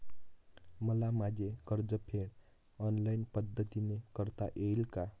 मला माझे कर्जफेड ऑनलाइन पद्धतीने करता येईल का?